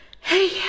Hey